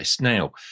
Now